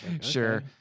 sure